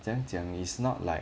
怎样讲 it's not like